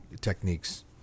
techniques